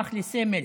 הפכה לסמל,